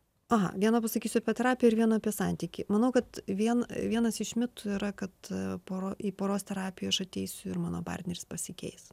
aha vieną pasakysiu apie terapiją ir vieną apie santykį manau kad vien vienas iš mitų yra kad pora į poros terapiją aš ateisiu ir mano partneris pasikeis